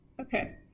Okay